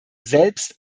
selbst